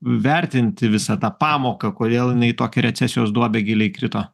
vertinti visą tą pamoką kodėl inai į tokią recesijos duobę gilią įkrito